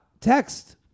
text